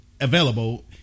available